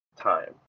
time